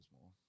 more